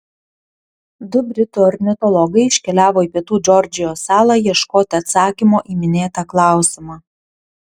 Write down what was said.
du britų ornitologai iškeliavo į pietų džordžijos salą ieškoti atsakymo į minėtą klausimą